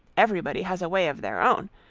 everybody has a way of their own.